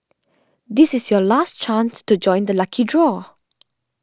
this is your last chance to join the lucky draw